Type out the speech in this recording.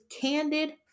candid